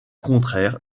contraire